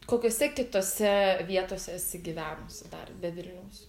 kokiose kitose vietose esi gyvenusi dar be vilniaus